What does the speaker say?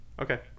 Okay